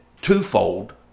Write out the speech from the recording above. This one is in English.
twofold